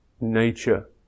nature